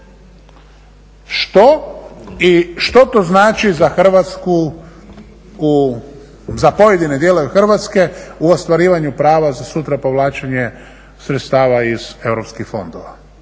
Hrvatsku, za pojedine dijelove Hrvatske u ostvarivanju prava za sutra povlačenje sredstava iz europskih fondova.